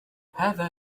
هذا